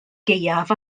gaeaf